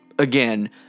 Again